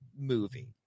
movie